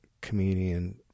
comedian